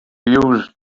used